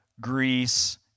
Greece